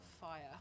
fire